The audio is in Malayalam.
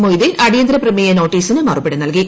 മൊയ്ദീൻ അടിയന്തരപ്രമേയ നോട്ടീസിന് മറുപടി നൽകി